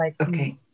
Okay